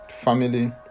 family